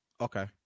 Okay